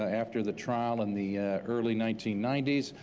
ah after the trial in the early nineteen ninety s,